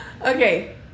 Okay